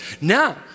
Now